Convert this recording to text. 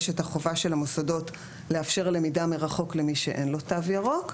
יש את החובה של המוסדות לאפשר למידה מרחוק למי שאין לו תו ירוק,